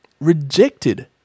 rejected